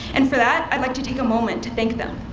and for that i'd like to take a moment to thank them.